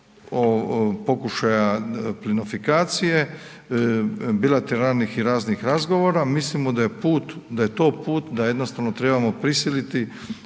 od pokušaja plinofikacije, bilateralnih i raznih razgovora, mislimo da je to put, da jednostavno trebamo prisiliti